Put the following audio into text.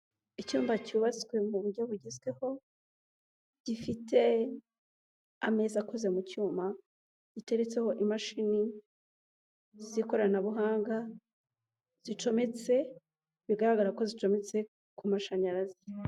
Icyumba cyubatswe mu buryo bugezweho, gifite ameza akoze mu cyuma, giteretseho imashini z'ikoranabuhanga zicometse, bigaragara ko zicometse ku mashanyarazi.